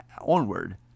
onward